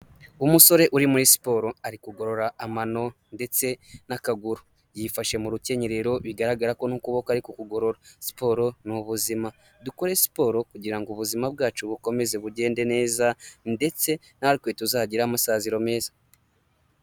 Umusore uri muri siporo ari kugorora amano ndetse n'akaguru, yifashe mu rukenyerero bigaragara n'ukuboko ari kukugorora. Siporo ni ubuzima dukore siporo kugira ngo ubuzima bwacu bukomeze bugende neza ndetse natwe tuzagire amasaziro meza.